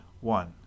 one